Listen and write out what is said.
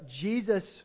Jesus